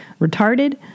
retarded